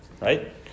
right